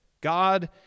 God